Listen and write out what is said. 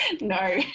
no